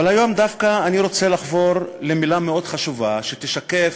אבל היום אני דווקא רוצה לחבור למילה מאוד חשובה שתשקף,